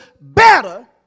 better